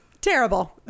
Terrible